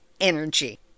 energy